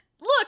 Look